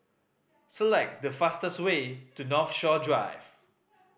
select the fastest way to Northshore Drive